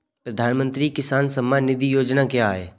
प्रधानमंत्री किसान सम्मान निधि योजना क्या है?